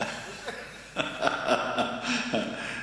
בגוש-עציון,